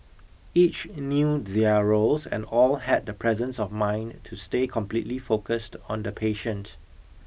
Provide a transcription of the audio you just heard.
each knew their roles and all had the presence of mind to stay completely focused on the patient